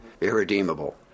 irredeemable